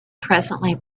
presently